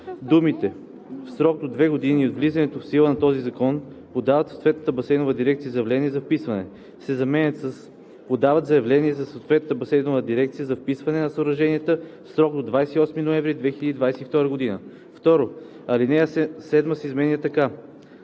думите „в срок до две години от влизането в сила на този закон подават в съответната басейнова дирекция заявление за вписване“ се заменят с „подават заявление в съответната басейнова дирекция за вписване на съоръженията в срок до 28 ноември 2022 г.“ 2. Алинея 7 се изменя така: